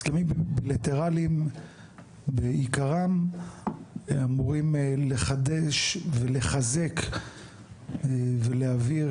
הסכמים בילטרליים בעיקרם אמורים לחדש ולחזק ולהבהיר